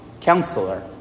counselor